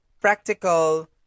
practical